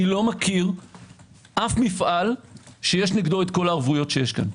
אני לא מכיר אף מפעל שיש נגדו כל הערבויות שיש פה.